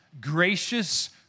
gracious